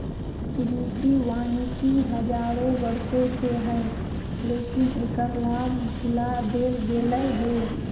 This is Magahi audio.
कृषि वानिकी हजारों वर्षों से हइ, लेकिन एकर लाभ भुला देल गेलय हें